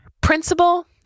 principal